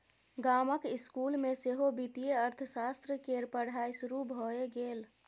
गामक इसकुल मे सेहो वित्तीय अर्थशास्त्र केर पढ़ाई शुरू भए गेल